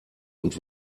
und